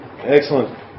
Excellent